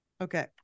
Okay